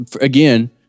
again